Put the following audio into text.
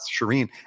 Shireen